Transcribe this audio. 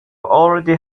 already